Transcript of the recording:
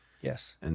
Yes